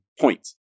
point